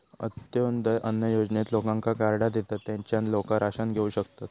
अंत्योदय अन्न योजनेत लोकांका कार्डा देतत, तेच्यान लोका राशन घेऊ शकतत